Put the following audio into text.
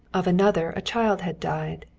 of another a child had died.